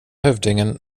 hövdingen